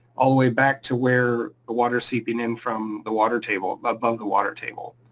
all the way back to where the water seeping in from the water table, above the water table.